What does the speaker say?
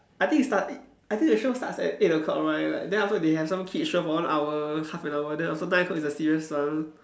I think it start I think the show starts at eight O-clock right then after that they have some kids show for one hour half an hour then so nine O-clock is the serious one